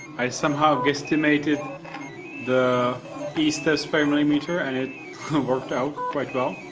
i somehow guesstimated the the e-steps per millimeter and it worked out quite well.